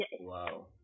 Wow